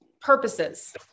purposes